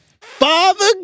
Father